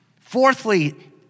Fourthly